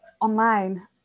online